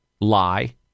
lie